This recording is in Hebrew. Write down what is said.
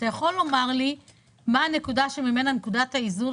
אתה יכול לומר לי מה הנקודה שממנה זה הופך